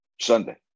Sunday